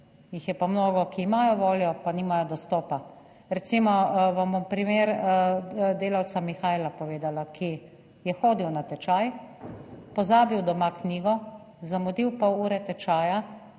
jih je pa mnogo, ki imajo voljo, pa nimajo dostopa. Recimo vam bom primer delavca Mihajla povedala, ki je hodil na tečaj, pozabil doma knjigo, zamudil pol ure tečaja